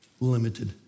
limited